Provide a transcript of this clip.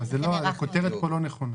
הכותרת פה לא נכונה.